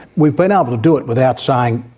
we've been able to do it without saying